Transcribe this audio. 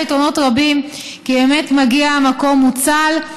יש לה יתרונות רבים, כי באמת מגיע מקום מוצל.